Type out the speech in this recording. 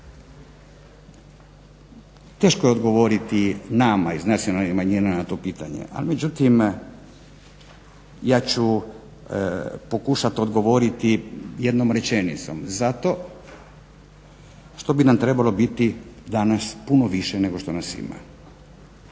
Teško je odgovoriti nama iz nacionalnih manjina na to pitanje, ali međutim ja ću pokušati odgovoriti jednom rečenicom. Zato što bi nas trebalo biti danas puno više nego što nas ima.